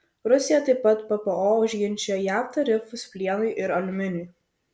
rusija taip pat ppo užginčijo jav tarifus plienui ir aliuminiui